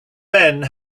men